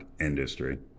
industry